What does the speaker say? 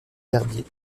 herbiers